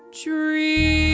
dream